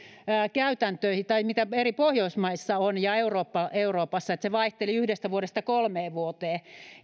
käytäntöihin mitä eri pohjoismaissa on ja euroopassa se vaihteli yhdestä vuodesta kolmeen vuoteen